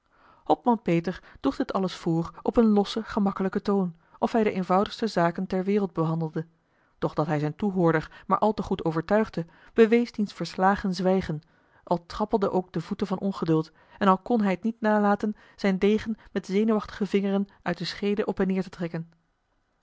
hopman peter droeg dit alles voor op een lossen gemakkelijken toon of hij de eenvoudigste zaken der wereld behandelde doch dat hij zijn toehoorder maar al te goed overtuigde bewees diens verslagen zwijgen al trappelden ook de voeten van ongeduld en al kon hij t niet nalaten zijn degen met zenuwachtige vingeren uit de schede op en neêr te trekken